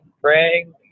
praying